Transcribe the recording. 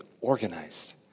organized